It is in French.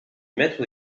maître